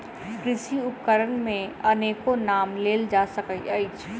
कृषि उपकरण मे अनेको नाम लेल जा सकैत अछि